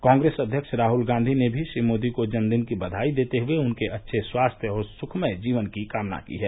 कांग्रेस अध्यक्ष राहल गांधी ने भी श्री मोदी को जन्मदिन की दबाई देते हुए उनके अच्छे स्वास्थ्य और सुखमय जीवन की कामना की है